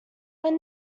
when